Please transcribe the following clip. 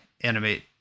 Animate